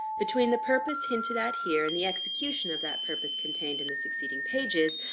between the purpose hinted at here, and the execution of that purpose contained in the succeeding pages,